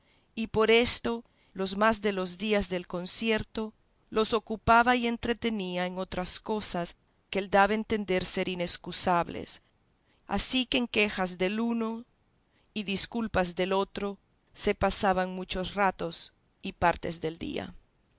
y por esto los más de los días del concierto los ocupaba y entretenía en otras cosas que él daba a entender ser inexcusables así que en quejas del uno y disculpas del otro se pasaban muchos ratos y partes del día